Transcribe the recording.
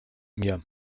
mir